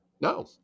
No